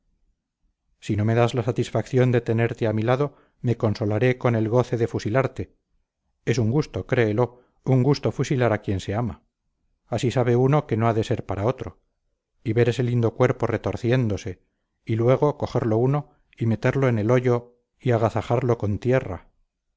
si no me das la satisfacción de tenerte a mi lado me consolaré con el goce de fusilarte es un gusto créelo un gusto fusilar a quien se ama así sabe uno que no ha de ser para otro y ver ese lindo cuerpo retorciéndose y luego cogerlo uno y meterlo en el hoyo y agazajarlo con tierra